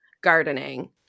gardening